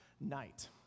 night